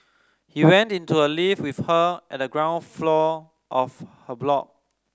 he went into a lift with her at the ground floor of her block